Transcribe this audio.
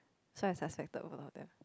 so I suspected both of them